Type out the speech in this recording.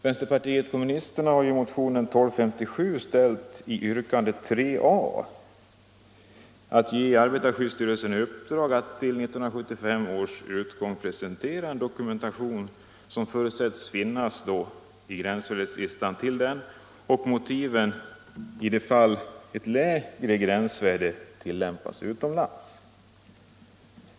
Vänsterpartiet kommunisterna har i motionen 1257 ställt ett yrkande, betecknat 3 a, om att ge arbetarskyddstyrelsen i uppdrag att före 1975 års utgång presentera den dokumentation som förutsätts finnas till gränsvärdeslistan och motiven i de fall ett lägre gränsvärde tillämpas utomlands.